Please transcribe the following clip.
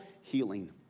healing